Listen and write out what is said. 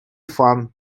fun